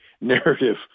narrative